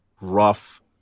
rough